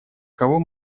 кого